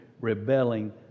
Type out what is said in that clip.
rebelling